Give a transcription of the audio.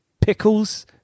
pickles